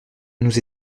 nous